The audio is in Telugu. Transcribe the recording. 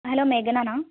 హలో మేఘననా